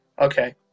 Okay